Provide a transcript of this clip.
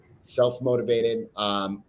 Self-motivated